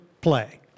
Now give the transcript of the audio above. play